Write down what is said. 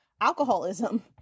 Alcoholism